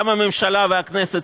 גם הממשלה והכנסת,